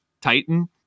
Titan